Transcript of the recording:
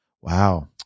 wow